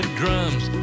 drums